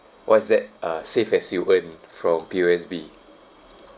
what's that uh save as you earn from P_O_S_B